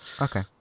Okay